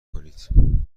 کنید